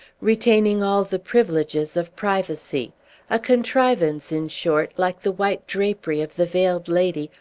retaining all the privileges of privacy a contrivance, in short, like the white drapery of the veiled lady,